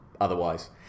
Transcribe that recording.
otherwise